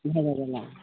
घरो गेला